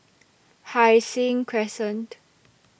Hai Sing Crescent